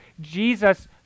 Jesus